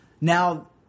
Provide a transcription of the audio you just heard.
now